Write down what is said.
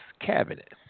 cabinet